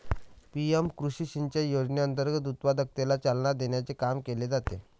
PM कृषी सिंचाई योजनेअंतर्गत उत्पादकतेला चालना देण्याचे काम केले जाते